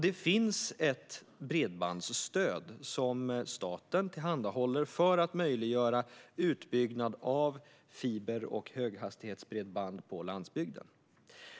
Det finns ett bredbandsstöd som staten tillhandahåller för att möjliggöra utbyggnad av fiber och höghastighetsbredband på landsbygden.